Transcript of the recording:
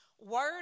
word